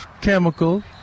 chemicals